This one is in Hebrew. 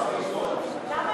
לדבר?